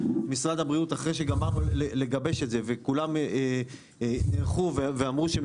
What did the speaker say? אחרי שגמרנו לגבש את זה וכולם נערכו ואמרו שהם